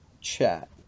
chat